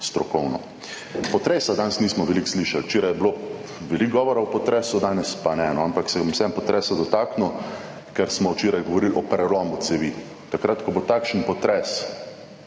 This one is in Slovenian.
Potresa danes nismo veliko slišali. Včeraj je bilo veliko govora o potresu, danes pa ne, ampak se bom vseeno potresa dotaknil, ker smo včeraj govorili o prelomu cevi. Takrat, ko bo takšen potres,